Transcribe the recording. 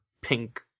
Pink